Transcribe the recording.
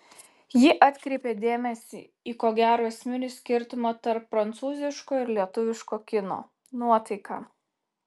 ji atkreipė dėmesį į ko gero esminį skirtumą tarp prancūziško ir lietuviško kino nuotaiką